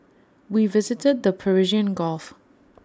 we visited the Persian gulf